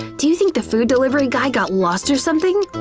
do you think the food delivery guy got lost or something?